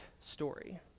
story